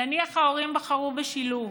נניח שההורים בחרו בשילוב,